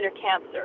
cancer